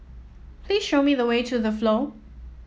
please show me the way to The Flow